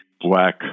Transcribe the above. black